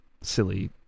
silly